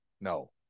no